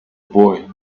boy